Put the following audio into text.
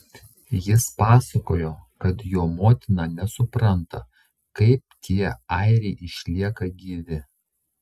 jis pasakojo kad jo motina nesupranta kaip tie airiai išlieka gyvi